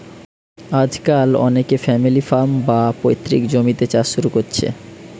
আজকাল অনেকে family farm, বা পৈতৃক জমিতে চাষ শুরু কোরছে